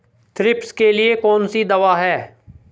Thrips के लिए कौन सी दवा है?